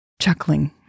Chuckling